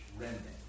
remnant